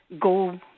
Go